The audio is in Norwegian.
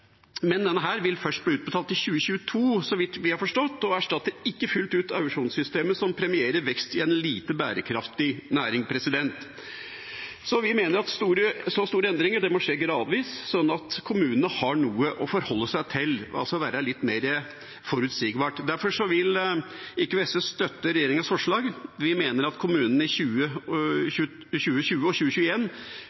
2022, så vidt vi har forstått, og erstatter ikke fullt ut auksjonssystemet som premierer vekst i en lite bærekraftig næring. Vi mener at så store endringer må skje gradvis, sånn at kommunene har noe å forholde seg til – altså at det må være litt mer forutsigbart. Derfor vil ikke SV støtte regjeringas forslag. Vi mener at kommunene i